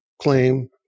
claim